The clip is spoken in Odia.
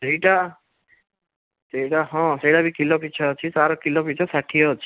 ସେଇଟା ସେଇଟା ହଁ ସେଇଟା ବି କିଲୋ ପିଛା ଅଛି ତାର କିଲୋ ପିଛା ଷାଠିଏ ଅଛି